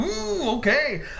okay